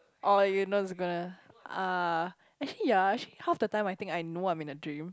oh like you know it's gonna ah actually ya actually half the time I think I know I'm in a dream